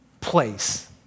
place